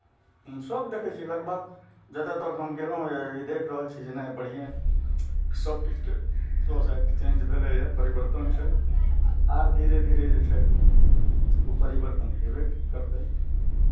सभ देखै छियै लगभग जतय तक हम गेलहूँ यए ई देख रहल छी जे नहि बढ़िएँ सभ चीजके सोसाइटी चेंज भेलैए परिवर्तन छै आर धीरे धीरे जे छै ओ परिवर्तन हेबे करतै